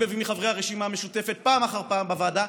ומחברי הרשימה המשותפת פעם אחר פעם בוועדה,